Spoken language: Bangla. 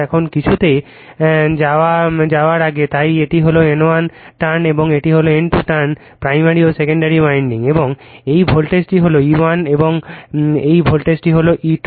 এখন কিছুতে যাওয়ার আগে তাই এটি হল N1 টার্ণ এবং এটি হল N2 টার্ণ প্রাইমারি ও সেকেন্ডারি উইন্ডিং এবং এই ভোল্টেজটি হল E1 এবং এই ভোল্টেজটি হল E2